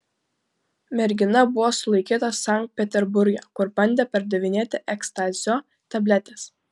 mergina buvo sulaikyta sankt peterburge kur bandė pardavinėti ekstazio tabletes